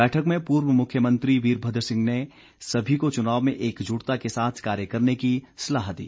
बैठक में पूर्व मुख्यमंत्री वीरभद्र सिंह ने सभी को चुनाव में एकजुटता के साथ कार्य करने की सलाह दी